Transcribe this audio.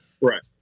Right